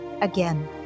Again